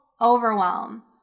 overwhelm